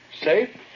Safe